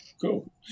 Cool